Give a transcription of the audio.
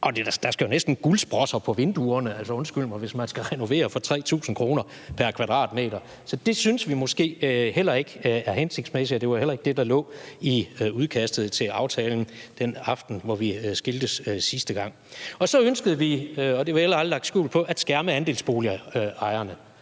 mig, der skal jo næsten guldsprosser på vinduerne, hvis man skal renovere for 3.000 kr. pr. kvadratmeter. Så det synes vi måske heller ikke er hensigtsmæssigt, og det var jo heller ikke det, der lå i udkastet til aftalen den aften, hvor vi skiltes sidste gang. Så ønskede vi også – det har vi heller aldrig lagt skjul på – at skærme andelsboligejerne